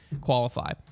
qualify